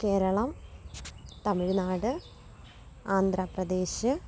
Keralam Tamil Nadu Andhra Pradesh